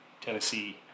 Tennessee